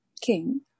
king